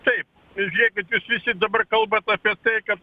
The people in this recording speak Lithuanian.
taip žiūrėkit jūs visi dabar kalbat apie tai kad p